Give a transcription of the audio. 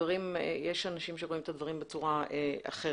יש אנשים שרואים את הדברים בצורה אחרת.